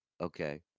okay